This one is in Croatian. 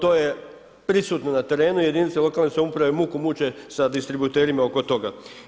To je pristupno na terenu jedinica lokalne samouprave, muku muče sa distributerima oko toga.